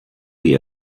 die